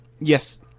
yes